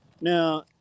Now